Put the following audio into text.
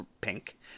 pink